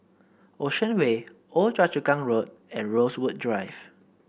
Ocean Way Old Choa Chu Kang Road and Rosewood Drive